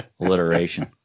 alliteration